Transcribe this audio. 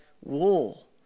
wool